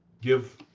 give